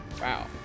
Wow